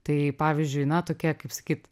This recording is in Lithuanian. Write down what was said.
tai pavyzdžiui na tokia kaip sakyt